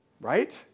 Right